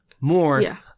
more